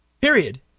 Period